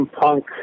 Punk